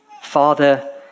Father